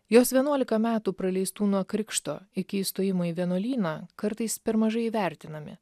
jos vienuolika metų praleistų nuo krikšto iki įstojimo į vienuolyną kartais per mažai įvertinami